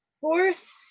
fourth